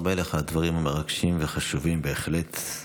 מלך על הדברים החשובים והמרגשים בהחלט.